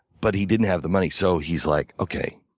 but he didn't have the money. so he's like, okay,